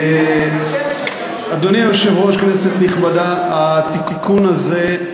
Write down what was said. אדוני היושב-ראש, כנסת נכבדה, התיקון הזה,